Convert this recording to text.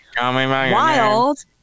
wild